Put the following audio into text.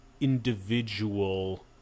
individual